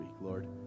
Lord